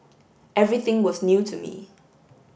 everything was new to me